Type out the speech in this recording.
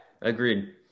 agreed